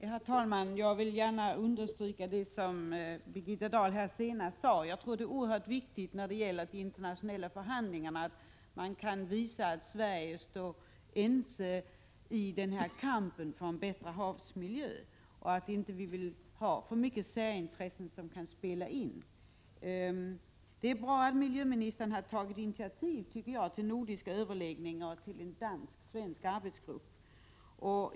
Herr talman! Jag vill gärna understryka det som Birgitta Dahl senast sade. Jag tror att det är oerhört viktigt när det gäller de internationella förhandlingarna att vi kan visa att Sverige står enat i kampen för en bättre havsmiljö och att vi inte vill att många särintressen skall få spela någon roll. Jag tycker att det är bra att miljöministern har tagit initiativ till nordiska överläggningar och till en dansk-svensk arbetsgrupp.